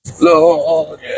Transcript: Lord